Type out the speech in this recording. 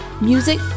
music